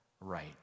right